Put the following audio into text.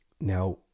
Now